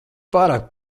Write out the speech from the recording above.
pārāk